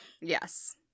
yes